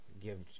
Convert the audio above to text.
give